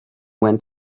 went